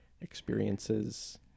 experiences